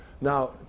Now